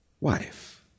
wife